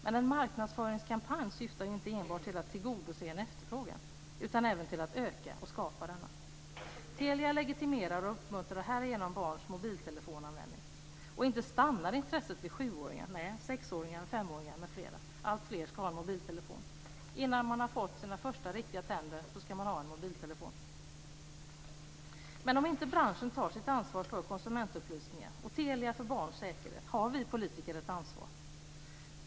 Men en marknadsföringskampanj syftar ju inte enbart till att tillgodose en efterfrågan utan även till att öka och skapa denna. Telia legitimerar och uppmuntrar härigenom barns mobiltelefonanvändning. Och inte stannar intresset vid 7-åringar. Innan man har fått sina första riktiga tänder ska man ha en mobiltelefon. Men om inte branschen tar sitt ansvar för konsumentupplysningen, och Telia för barns säkerhet, har vi politiker ett ansvar.